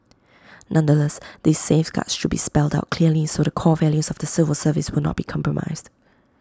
nonetheless these safeguards should be spelled out clearly so the core values of the civil service would not be compromised